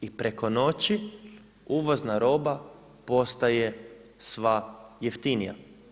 I preko noći uvozna roba postaje sva jeftinija.